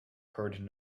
heard